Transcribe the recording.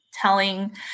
telling